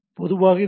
பொதுவாக இதை ஹெச்